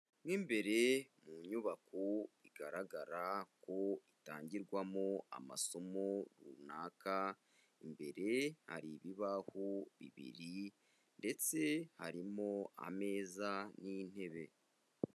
Mo imbere mu nyubako igaragara ko itangirwamo amasomo runaka, imbere hari ibibaho bibiri ndetse harimo ameza n'intebe.